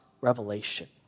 revelation